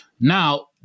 Now